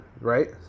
Right